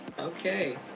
Okay